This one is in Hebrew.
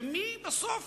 ומי בסוף